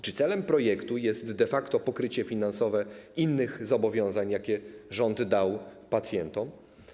Czy celem projektu jest de facto pokrycie finansowe innych zobowiązań, jakie rząd ma wobec pacjentów?